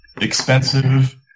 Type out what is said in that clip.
expensive